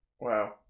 wow